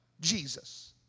Jesus